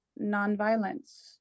nonviolence